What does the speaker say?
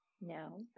No